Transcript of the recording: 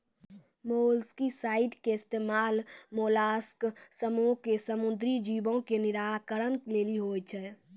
molluscicide के इस्तेमाल mollusc समूहो के समुद्री जीवो के निराकरण लेली होय छै